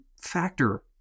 factor